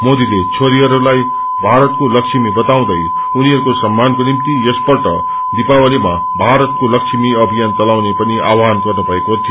मोदीले छोरीहरूलाई भारतको लक्ष्मी ठहराउँदै उनीहरूको सम्मानको निम्ति यसपल्ट दीपावलीमा भारत को लक्ष्मी अभियान चलाउने पनि आवहावसवन गर्नुभएको थियो